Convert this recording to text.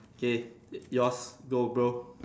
K yours go bro